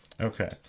okay